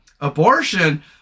abortion